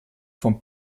vom